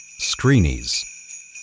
Screenies